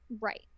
right